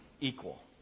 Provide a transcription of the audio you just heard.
equal